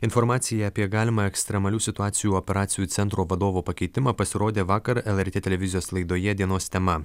informacija apie galimą ekstremalių situacijų operacijų centro vadovo pakeitimą pasirodė vakar lrt televizijos laidoje dienos tema